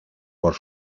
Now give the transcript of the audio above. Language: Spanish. por